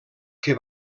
que